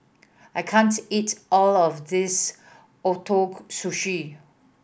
I can't eat all of this Ootoro Sushi